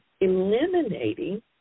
eliminating